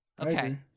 okay